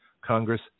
Congress